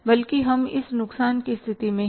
बल्कि हम इस नुकसान की स्थिति में हैं